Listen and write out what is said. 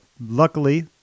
luckily